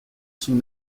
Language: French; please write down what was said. sont